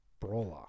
brawler